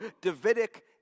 Davidic